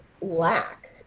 lack